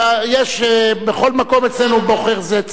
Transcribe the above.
יש בכל מקום אצלנו "בחור זעצער",